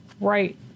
Right